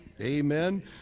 Amen